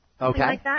Okay